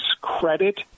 credit